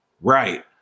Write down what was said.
right